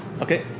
Okay